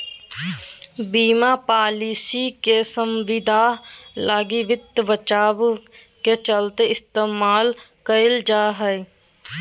बीमा पालिसी के संविदा लगी वित्त बचाव के चलते इस्तेमाल कईल जा हइ